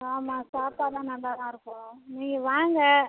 ஆமாம் சாப்பாடுலாம் நல்லா தான் இருக்கும் நீங்கள் வாங்க